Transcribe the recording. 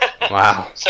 Wow